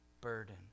burden